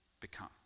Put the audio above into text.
become